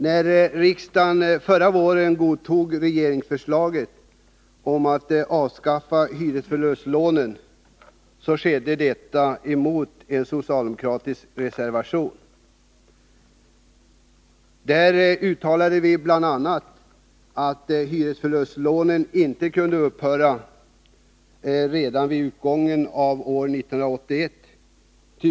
När riksdagen förra våren godtog regeringsförslaget att avskaffa hyresförlustlånen skedde detta i strid med en socialdemokratisk reservation. Där uttalade vi bl.a. att hyresförlustlånen inte kunde upphöra redan vid utgången av år 1981.